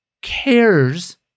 cares